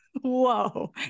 Whoa